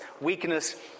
weakness